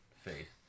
faith